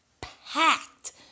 packed